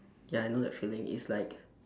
ya I know that feeling it's like